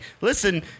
listen